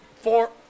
four